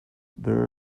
there